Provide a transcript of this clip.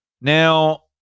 Now